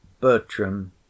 Bertram